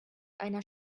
einer